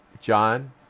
John